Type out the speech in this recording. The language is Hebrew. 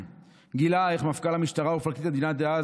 גילה איך מפכ"ל המשטרה ופרקליט המדינה דאז,